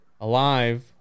alive